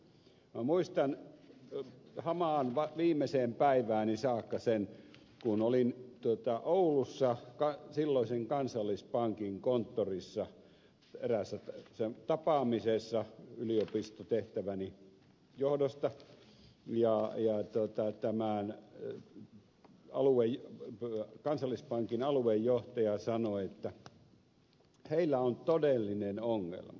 minä muistan hamaan viimeiseen päivääni saakka sen kun olin oulussa silloisen kansallispankin konttorissa eräässä tapaamisessa yliopistotehtäväni johdosta ja tämän kansallispankin aluejohtaja sanoi että heillä on todellinen ongelma